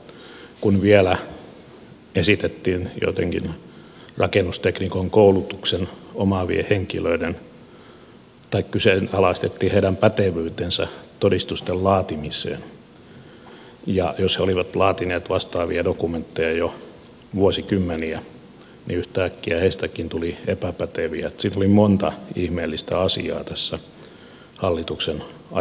kun vielä kyseenalaistettiin joittenkin rakennusteknikon koulutuksen omaavien henkilöiden pätevyys todistusten laatimiseen jos he olivat laatineet vastaavia dokumentteja jo vuosikymmeniä niin yhtäkkiä heistäkin tuli epäpäteviä niin siinä tuli monta ihmeellistä asiaa tässä hallituksen ajamassa energiatodistuslaissa